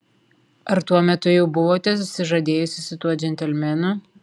ar tuo metu jau buvote susižadėjusi su tuo džentelmenu